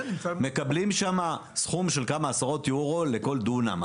מקבלים שם סכום של עשרות יורו לכל דונם.